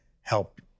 help